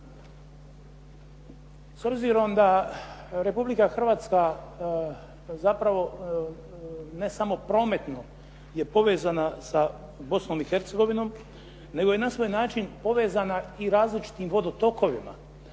S obzirom da Republika Hrvatska zapravo ne samo prometno je povezana sa Bosnom i Hercegovinom, nego je na svoj način povezana i različitim vodotokovima.